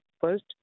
first